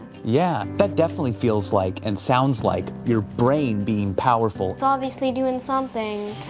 yeah, that definitely feels like and sounds like your brain being powerful. it's obviously doing something,